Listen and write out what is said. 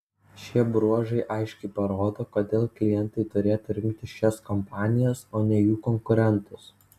šie bruožai aiškiai parodo kodėl klientai turėtų rinktis šias kompanijas o ne jų konkurentus